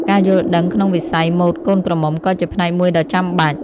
ការយល់ដឹងក្នុងវិស័យម៉ូដកូនក្រមុំក៏ជាផ្នែកមួយដ៏ចាំបាច់។